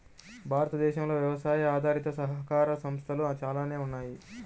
భారతదేశంలో వ్యవసాయ ఆధారిత సహకార సంస్థలు చాలానే ఉన్నాయి